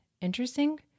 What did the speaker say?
interesting